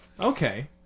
Okay